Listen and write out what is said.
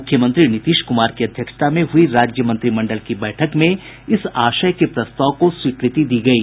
मुख्यमंत्री नीतीश कुमार की अध्यक्षता में हुई राज्य मंत्रिमंडल की बैठक में इस आशय के प्रस्ताव को स्वीकृति दी गयी